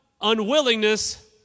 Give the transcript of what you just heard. unwillingness